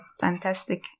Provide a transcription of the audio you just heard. fantastic